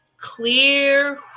clear